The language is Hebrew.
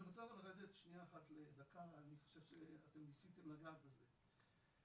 אני רוצה לדבר לדקה על - אני חושב שאתם ניסיתם לגעת בזה - תראו,